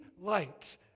light